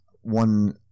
one